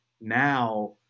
now